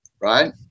Right